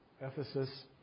Ephesus